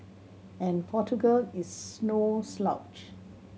and Portugal is no slouch